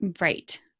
Right